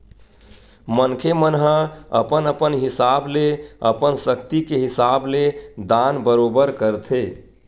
मनखे मन ह अपन अपन हिसाब ले अपन सक्ति के हिसाब ले दान बरोबर करथे